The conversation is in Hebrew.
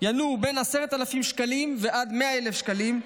ינועו בין 10,000 שקלים ועד ל-100,000 שקלים,